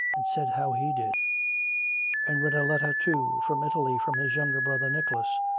and said how he did and read a letter, too, from italy, from his younger brother nicholas,